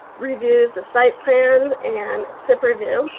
reviews the site plans an superview